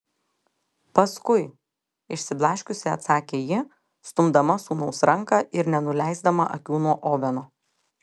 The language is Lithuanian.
paskui išsiblaškiusi atsakė ji stumdama sūnaus ranką ir nenuleisdama akių nuo oveno